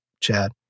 Chad